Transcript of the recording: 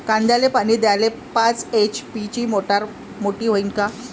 कांद्याले पानी द्याले पाच एच.पी ची मोटार मोटी व्हईन का?